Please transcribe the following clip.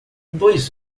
dois